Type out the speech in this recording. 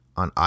on